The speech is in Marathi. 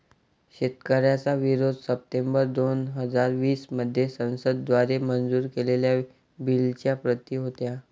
शेतकऱ्यांचा विरोध सप्टेंबर दोन हजार वीस मध्ये संसद द्वारे मंजूर केलेल्या बिलच्या प्रति होता